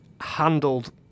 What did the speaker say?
handled